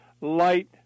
light